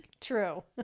True